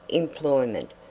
employment,